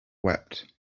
wept